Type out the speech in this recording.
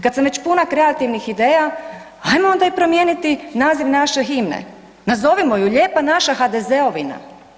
Kad sam već puna kreativnih ideja ajmo onda i promijeniti naziv naše himne, nazovimo ju „Lijepa naša HDZ-ovina“